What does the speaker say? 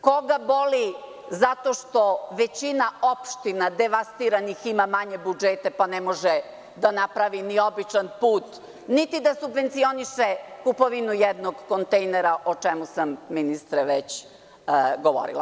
Koga boli zato što većina opština devastiranih ima manje budžeta, pa ne može da napravi ni običan put, niti da subvencioniše kupovinu jednog kontejnera, o čemu sam, ministre, već govorila?